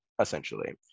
essentially